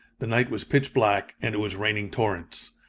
the night was pitch black and it was raining torrents.